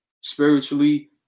spiritually